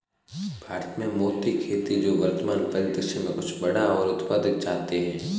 भारत में मोती की खेती जो वर्तमान परिदृश्य में कुछ बड़ा और उत्पादक चाहते हैं